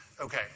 Okay